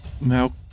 now